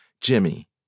Jimmy